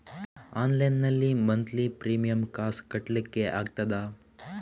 Online ನಲ್ಲಿ monthly premium ಕಾಸ್ ಕಟ್ಲಿಕ್ಕೆ ಆಗ್ತದಾ?